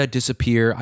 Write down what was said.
Disappear